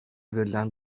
verilen